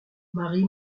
marie